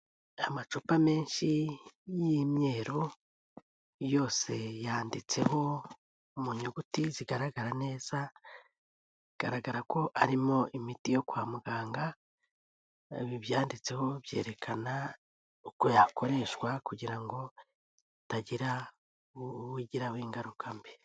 Amacupa menshi y'imyeru, yose yanditseho mu nyuguti zigaragara neza, bigaragara ko arimo imiti yo kwa muganga, ibi byanditseho byerekana uko yakoreshwa kugira ngo hatagira uwo igiraho ingaruka mbi.